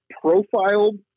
profiled